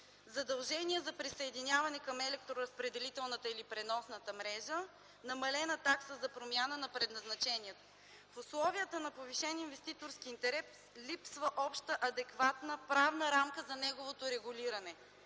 задължения за присъединяване към електроразпределителната или преносната мрежа, намалена такса за промяна на предназначението. В условията на повишен инвеститорски интерес липсва обща адекватна правна рамка за неговото регулиране.